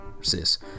sis